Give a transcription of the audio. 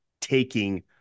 taking